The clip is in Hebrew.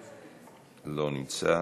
לא נמצא,